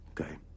Okay